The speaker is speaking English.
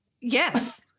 Yes